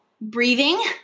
breathing